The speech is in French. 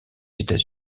états